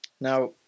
Now